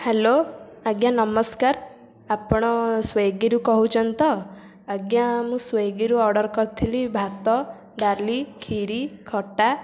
hello ଆଜ୍ଞା ନମସ୍କାର ଆପଣ ସ୍ୱିଗିରୁ କହୁଛନ୍ତି ତ ଆଜ୍ଞା ମୁଁ ସ୍ୱିଗିରୁ ଅର୍ଡ଼ର୍ କରିଥିଲି ଭାତ ଡାଲି ଖିରି ଖଟା